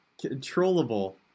Controllable